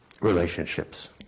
relationships